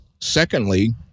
Secondly